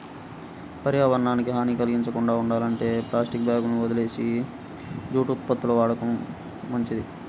పర్యావరణానికి హాని కల్గించకుండా ఉండాలంటే ప్లాస్టిక్ బ్యాగులని వదిలేసి జూటు ఉత్పత్తులను వాడటం మంచిది